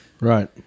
Right